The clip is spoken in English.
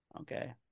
Okay